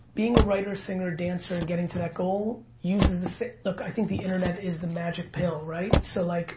being a writer, singer or dancer and getting to that goal uses the, look, i think the internet is the magic pill, right? so, like